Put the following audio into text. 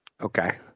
Okay